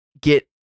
get